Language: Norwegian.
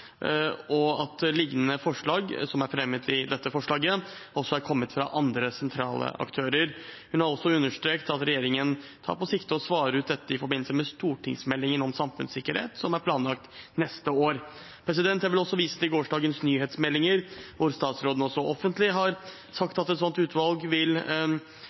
og at liknende forslag som det som er fremmet i denne saken, også er kommet fra andre sentrale aktører. Hun har også understreket at regjeringen tar sikte på å svare ut dette i forbindelse med stortingsmeldingen om samfunnssikkerhet, som planlegges framlagt neste år. Jeg vil også vise til gårsdagens nyhetsmeldinger, hvor statsråden også offentlig har sagt at et slikt utvalg vil